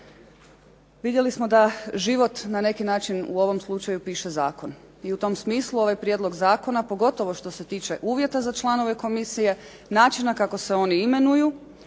vidjeli smo da život na neki način u ovom slučaju piše Zakon, i u tom smislu ovaj Prijedlog zakona pogotovo što se tiče uvjeta za članove Komisije, način na koji se oni imenuju